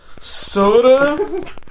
Soda